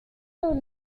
los